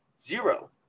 zero